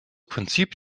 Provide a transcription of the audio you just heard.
prinzip